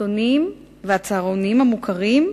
המשפחתונים והצהרונים המוכרים.